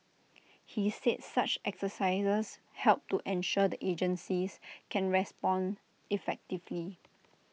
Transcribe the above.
he said such exercises help to ensure the agencies can respond effectively